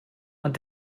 ond